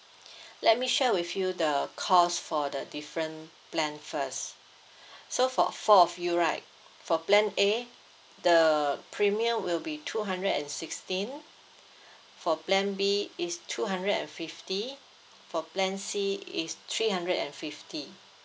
let me share with you the cost for the different plan first so for four of you right for plan A the premium will be two hundred and sixteen for plan B is two hundred and fifty for plan C is three hundred and fifty